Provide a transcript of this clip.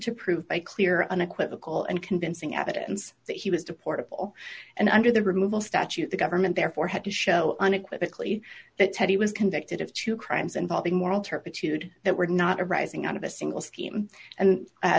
to prove by clear unequivocal and convincing evidence that he was deportable and under the removal statute the government therefore had to show unequivocally that teddy was convicted of two crimes involving moral turpitude that were not arising out of a single scheme and a